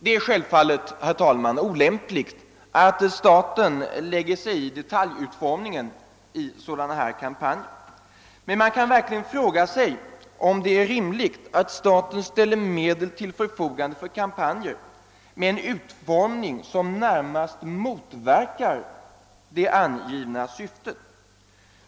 Det är, herr talman, givetvis olämpligt att staten lägger sig i detaljutformningen av sådana här kampanjer. Man kan dock fråga sig om det verkligen är rimligt att staten ställer medel till förfogande för kampanjer med en utformning som närmast motverkar det angivna syftet.